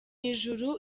ijuru